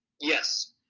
Yes